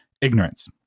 ignorance